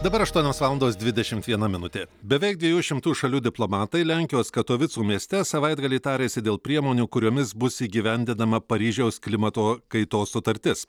dabar aštuonios valandos dvidešimt viena minutė beveik dviejų šimtų šalių diplomatai lenkijos katovicų mieste savaitgalį tarėsi dėl priemonių kuriomis bus įgyvendinama paryžiaus klimato kaitos sutartis